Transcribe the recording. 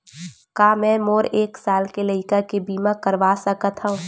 का मै मोर एक साल के लइका के बीमा करवा सकत हव?